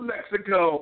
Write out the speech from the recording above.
Mexico